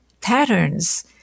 patterns